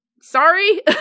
sorry